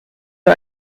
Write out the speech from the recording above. wir